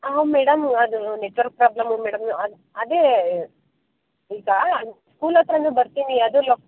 ಹಾಂ ಮೇಡಮ್ ಅದು network problem madam ಅದು ಅದೇ ಈಗ ಸ್ಕೂಲ್ ಹತ್ತಿರನೇ ಬರ್ತೀನಿ ಅದು ಲೊ